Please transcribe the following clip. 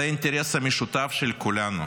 זה אינטרס משותף של כולנו.